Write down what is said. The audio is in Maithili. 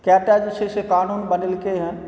कएटा जे छै से कानून बनेलकै हैं